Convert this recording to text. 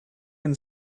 been